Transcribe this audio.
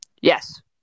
yes